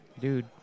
Dude